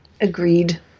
agreed